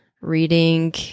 reading